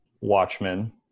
Watchmen